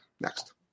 Next